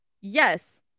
Yes